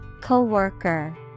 Co-worker